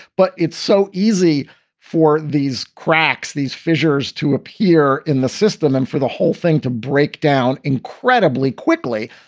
but it's so easy for these these cracks, these fissures to appear in the system and for the whole thing to break down incredibly quickly.